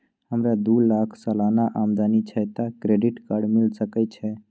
हमरा दू लाख सालाना आमदनी छै त क्रेडिट कार्ड मिल सके छै?